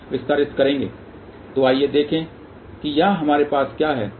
तो आइए देखें कि यहाँ हमारे पास क्या है